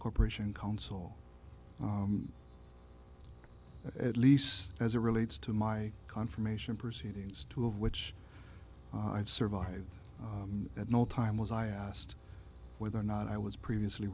corporation counsel at least as it relates to my confirmation proceedings two of which i've survived at no time was i asked whether or not i was previously